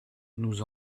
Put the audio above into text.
nous